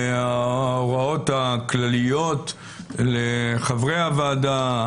ההוראות הכלליות לחברי הוועדה,